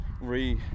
re